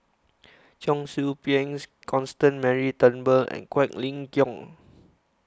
Cheong Soo Pieng Constance Mary Turnbull and Quek Ling Kiong